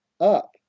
up